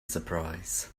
surprise